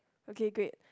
okay great